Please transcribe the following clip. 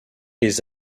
les